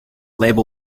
label